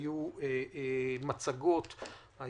היו מצגות,